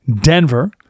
Denver